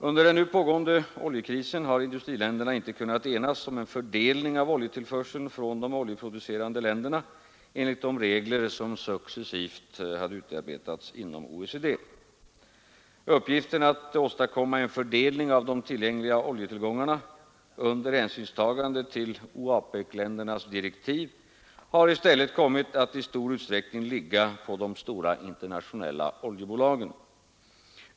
Under den nu pågående oljekrisen har industriländerna inte kunnat enas om en fördelning av oljetillförseln från de oljeproducerande länderna enligt de regler som successivt utarbetats inom OECD. Uppgiften att åstadkomma en fördelning av de tillgängliga oljetillgångarna under hänsynstagande till OAPEC-ländernas direktiv har i stället kommit att i stor utsträckning ligga på de stora internationella oljebolagen.